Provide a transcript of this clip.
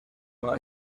much